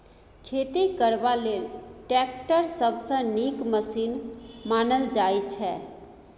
खेती करबा लेल टैक्टर सबसँ नीक मशीन मानल जाइ छै